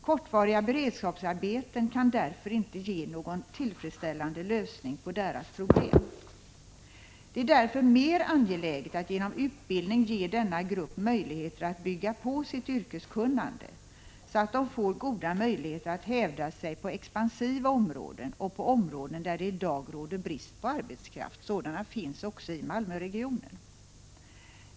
Kortvariga beredskapsarbeten kan inte ge någon tillfredsställande lösning på deras problem. Det är därför mer angeläget att genom utbildning ge denna grupp möjlighet att bygga på sitt yrkeskunnande, så att de får goda möjligheter att hävda sig på expansiva områden och på områden där det i dag råder brist på arbetskraft — sådana finns också i Malmöregionen.